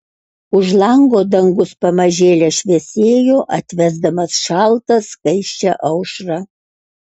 už lango dangus pamažėle šviesėjo atvesdamas šaltą skaisčią aušrą